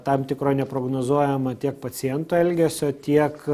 tam tikro neprognozuojamo tiek pacientų elgesio tiek